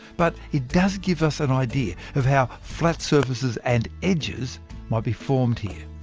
but it does give us an idea of how flat surfaces and edges might be formed here.